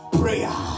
prayer